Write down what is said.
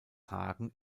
hagen